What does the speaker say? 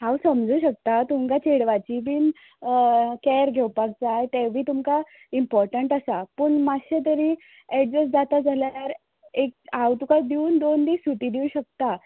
हांव समजूं शकता तुमकां चेडवाची बी कॅर घेवपाक जाय तें बी तुमकां इम्पॉटंट आसा पूण माश्शें तरी एडजस जाता जाल्यार एक हांव तुका दिवन दोन दीस सुटी दिवं शकता